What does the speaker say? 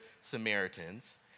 Samaritans